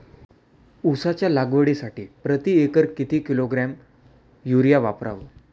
उसाच्या लागवडीसाठी प्रति एकर किती किलोग्रॅम युरिया वापरावा?